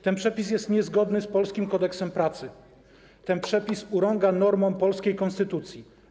Ten przepis jest niezgodny z polskim Kodeksem pracy, ten przepis urąga normom polskiej konstytucji.